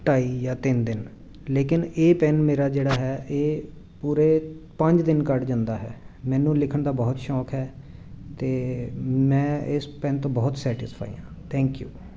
ਢਾਈ ਜਾਂ ਤਿੰਨ ਦਿਨ ਲੇਕਿਨ ਇਹ ਪੈੱਨ ਮੇਰਾ ਜਿਹੜਾ ਹੈ ਇਹ ਪੂਰੇ ਪੰਜ ਦਿਨ ਕੱਢ ਜਾਂਦਾ ਹੈ ਮੈਨੂੰ ਲਿਖਣ ਦਾ ਬਹੁਤ ਸ਼ੌਕ ਹੈ ਅਤੇ ਮੈਂ ਇਸ ਪੈੱਨ ਤੋਂ ਬਹੁਤ ਸੈਟਿਸਫਾਈ ਹਾਂ ਥੈਂਕ ਯੂ